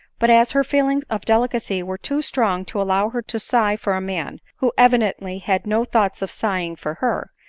but, as her feelings of delicacy were too strong to allow her to sigh for a man, who evidently had no thoughts of sighing for her,